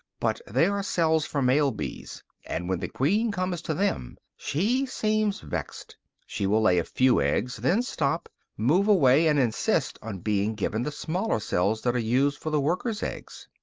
but they are cells for male bees and when the queen comes to them, she seems vexed she will lay a few eggs, then stop, move away, and insist on being given the smaller cells that are used for the workers' eggs.